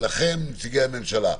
נציגי הממשלה,